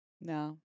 No